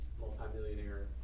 multimillionaire